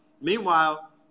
Meanwhile